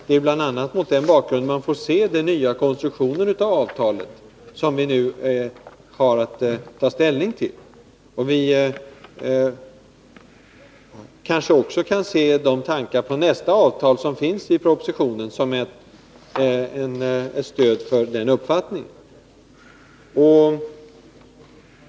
Det är bl.a. mot den bakgrunden man får se den nya konstruktionen av avtalet som vi nu har att ta ställning till, och vi kan kanske också se de tankar på nästa avtal som finns i propositionen som ett stöd för den uppfattningen.